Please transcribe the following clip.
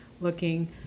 looking